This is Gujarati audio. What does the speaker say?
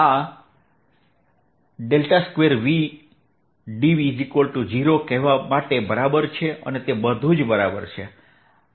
આ ∇2v dv0 કહેવા માટે બરાબર છે અને તે બધુ જ બરાબર છે